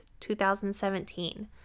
2017